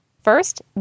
First